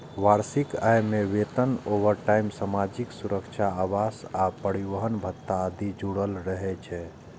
वार्षिक आय मे वेतन, ओवरटाइम, सामाजिक सुरक्षा, आवास आ परिवहन भत्ता आदि जुड़ल रहै छै